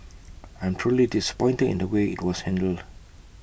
I'm truly disappointed in the way IT was handled